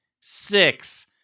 Six